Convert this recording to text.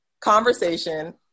conversation